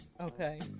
Okay